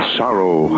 sorrow